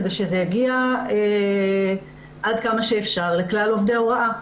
כדי שזה יגיע עד כמה שאפשר לכלל עובדי ההוראה.